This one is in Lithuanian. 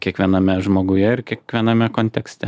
kiekviename žmoguje ir kiekviename kontekste